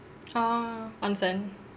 orh onsen